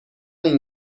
این